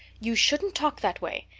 you shouldn't talk that way.